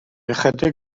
ychydig